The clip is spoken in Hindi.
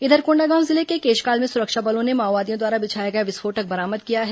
इधर कोंडागांव जिले के केशकाल में सुरक्षा बलों ने माओवादियों द्वारा बिछाया गया विस्फोटक बरामद किया है